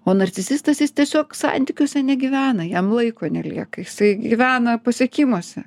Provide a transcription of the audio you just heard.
o narcisistas jis tiesiog santykiuose negyvena jam laiko nelieka jisai gyvena pasiekimuose